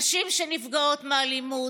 נשים שנפגעות מאלימות,